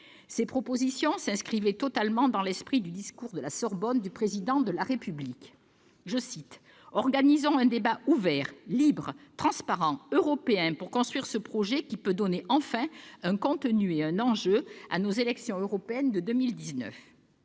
Ces propositions s'inscrivaient totalement dans l'esprit du discours de la Sorbonne du Président de la République, dans lequel il déclarait :« Organisons un débat ouvert, libre, transparent, européen, pour construire ce projet qui peut donner enfin un contenu et un enjeu à nos élections européennes de 2019.